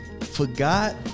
forgot